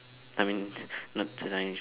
I mean not me